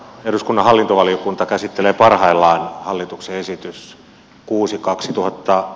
eduskunnan hallintovaliokunta käsittelee parhaillaan hallituksen esitys kuusi kaksituhatta